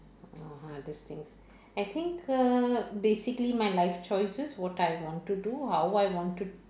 uh hardest thing I think err basically my life choices what I want to do how I want to